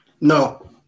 No